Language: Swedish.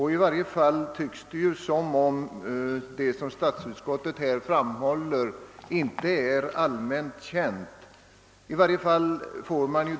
I varje fall vill det synas som om det inte vore allmänt känt att detta anslag finns.